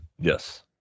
Yes